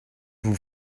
vous